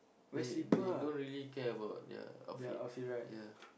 they they don't really care about their outfit yeah